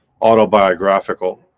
autobiographical